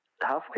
halfway